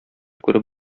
күреп